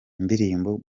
indirimbo